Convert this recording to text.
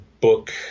book